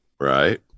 Right